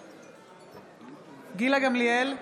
בעד גילה גמליאל,